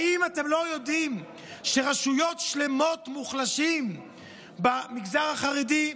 האם אתם לא יודעים שרשויות שלמות מוחלשות במגזר החרדי,